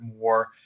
more